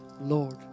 Lord